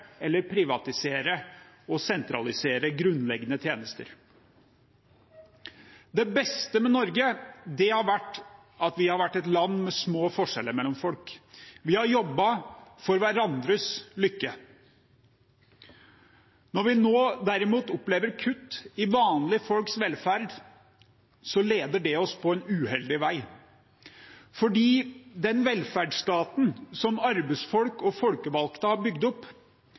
eller privatisere og sentralisere grunnleggende tjenester. Det beste med Norge er at vi har vært et land med små forskjeller mellom folk. Vi har jobbet for hverandres lykke. Når vi nå derimot opplever kutt i vanlige folks velferd, leder det oss på en uheldig vei. Den velferdsstaten som arbeidsfolk og folkevalgte har bygd opp,